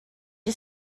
you